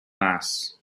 mass